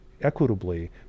equitably